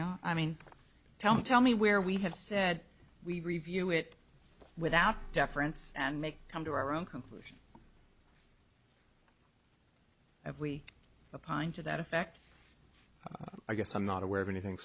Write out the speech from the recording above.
know i mean tell me tell me where we have said we review it without deference and make come to our own conclusion that we pine to that effect i guess i'm not aware of anything